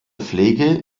pflege